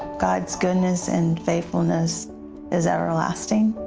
god's goodness and faithfulness is everlasting.